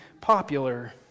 popular